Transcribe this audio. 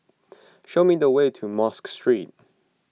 show me the way to Mosque Street